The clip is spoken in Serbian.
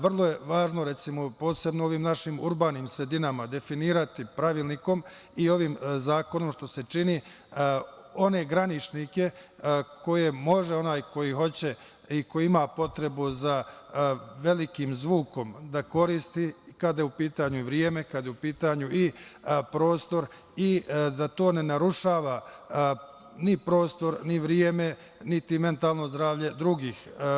Vrlo je važno, recimo, posebno u ovim našim urbanim sredinama definisati pravilnikom i ovim zakonom, što se čini, one graničnike koje može onaj koji hoće i koji ima potrebu za velikim zvukom da koristi kada je u pitanju vreme, kada je u pitanju prostor i da to ne narušava ni prostor, ni vreme, niti mentalno zdravlje drugih.